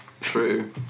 True